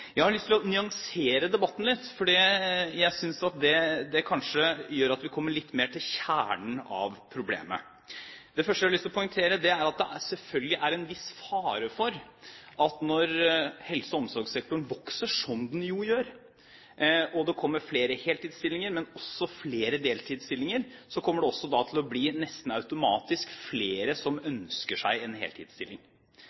Jeg har lyst til å nyansere debatten litt, for jeg synes at det kanskje gjør at vi kommer litt mer til kjernen av problemet. Det første jeg har lyst til å poengtere, er at det selvfølgelig er en viss fare for at når helse- og omsorgssektoren vokser, som den gjør, og det kommer flere heltidsstillinger, men også flere deltidsstillinger, så kommer det nesten automatisk også til å bli flere som